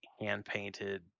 hand-painted